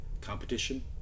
competition